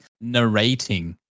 narrating